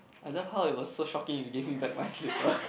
I love how it was so shocking you gave me back my slipper